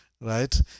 right